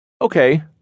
Okay